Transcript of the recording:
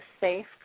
safe